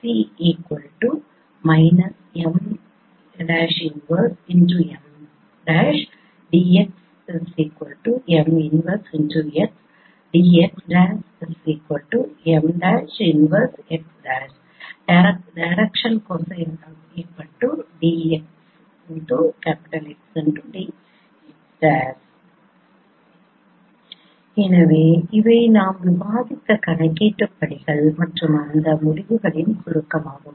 𝐶 −𝑀−1𝑚 𝐶′ −𝑀′−1𝑚′ 𝑑𝑥 𝑀−1𝑥 𝑑𝑥′ 𝑀′−1𝑥′ 𝑑𝑖𝑟𝑒𝑐𝑡𝑖𝑜𝑛 𝑐𝑜𝑠𝑖𝑛𝑒 𝑑𝑥𝑋𝑑𝑥′ எனவே இவை நாம் விவாதித்த கணக்கீட்டு படிகள் மற்றும் அந்த முடிவுகளின் சுருக்கம் ஆகும்